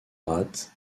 rate